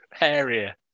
area